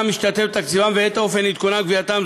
משתתפת בתקציבם ואת אופן עדכונם וגבייתם,